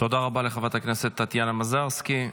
תודה רבה לחברת הכנסת טטיאנה מזרסקי.